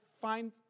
find